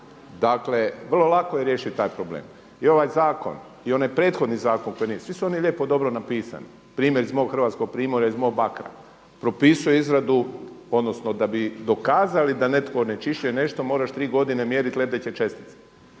Dakle, vrlo lako je riješiti taj problem. I ovaj zakon i onaj prethodni zakon, svi su oni lijepo dobro napisani. Primjer iz mog Hrvatskog Primorja, iz mog bakra, propisuje izradu, odnosno da bi dokazali da netko onečišćuje nešto moraš 3 godine mjeriti lebdeće čestice.